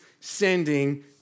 sending